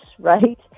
right